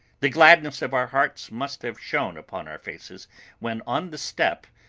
the gladness of our hearts must have shown upon our faces when on the step,